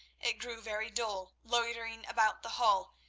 it grew very dull loitering about the hall,